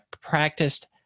practiced